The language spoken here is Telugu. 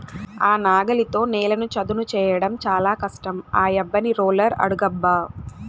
ఆ నాగలితో నేలను చదును చేయడం చాలా కష్టం ఆ యబ్బని రోలర్ అడుగబ్బా